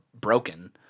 broken